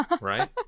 Right